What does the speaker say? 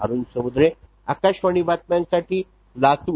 अरुण समुद्रे आकाशवाणी बातम्यांसाठी लातूर